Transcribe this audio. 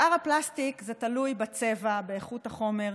שאר הפלסטיק, זה תלוי בצבע ובאיכות החומר.